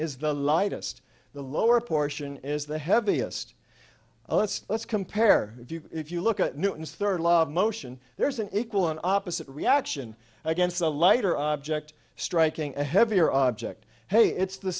is the lightest the lower portion is the heaviest let's let's compare if you if you look at newton's third law of motion there's an equal and opposite reaction against a lighter object striking a heavier object hey it's the